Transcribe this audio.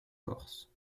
corse